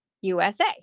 USA